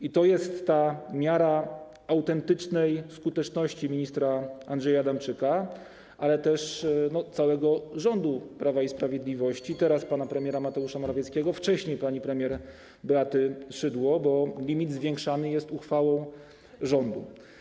I to jest miara autentycznej skuteczności ministra Andrzeja Adamczyka, ale też całego rządu Prawa i Sprawiedliwości, teraz pana premiera Mateusza Morawieckiego, a wcześniej pani premier Beaty Szydło, bo limit zwiększany był uchwałą rządu.